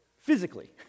physically